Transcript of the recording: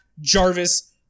jarvis